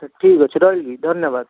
ଠିକ୍ ଅଛି ରହିଲି ଧନ୍ୟବାଦ